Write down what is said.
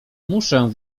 muszę